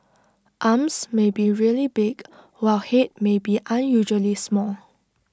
arms may be really big while Head may be unusually small